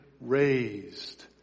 raised